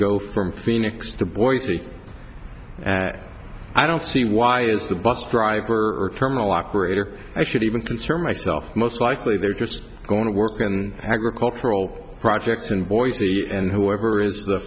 go from phoenix to boise i don't see why is the bus driver or terminal operator i should even consider myself most likely they're just going to work and agricultural projects in boise and whoever is the